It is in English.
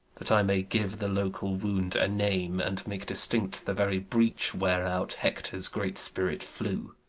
that i may give the local wound a name, and make distinct the very breach whereout hector's great spirit flew.